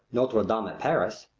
notre dame at paris,